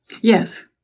Yes